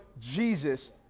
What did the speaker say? Jesus